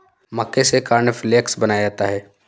मक्के से कॉर्नफ़्लेक्स बनाया जाता है